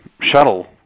shuttle